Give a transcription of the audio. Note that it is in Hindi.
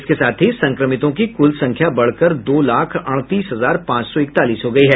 इसके साथ ही संक्रमितों की कुल संख्या बढ़कर दो लाख अड़तीस हजार पांच सौ इकतालीस हो गयी है